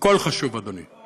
הכול חשוב, אדוני.